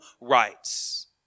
rights